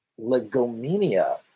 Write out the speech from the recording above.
legomenia